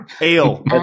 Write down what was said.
ale